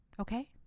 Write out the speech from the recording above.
Okay